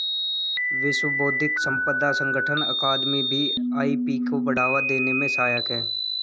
विश्व बौद्धिक संपदा संगठन अकादमी भी आई.पी को बढ़ावा देने में सहायक है